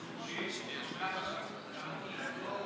חסון לסעיף